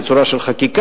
בצורה של חקיקה,